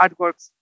artworks